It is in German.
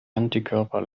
antikörper